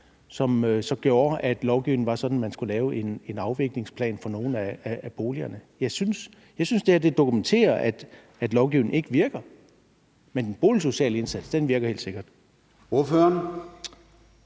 som gjorde, at man ifølge lovgivningen skulle lave en afviklingsplan for nogle af boligerne. Jeg synes, det her dokumenterer, at lovgivningen ikke virker. Men den boligsociale indsats virker helt sikkert. Kl.